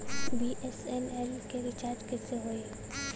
BSNL के recharge कैसे होयी?